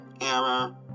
Error